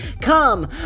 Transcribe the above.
Come